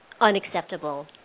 unacceptable